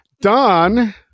Don